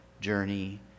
journey